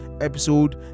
episode